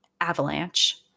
Avalanche